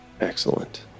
Excellent